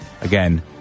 Again